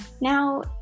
now